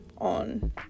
on